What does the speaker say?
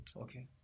Okay